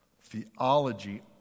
Theology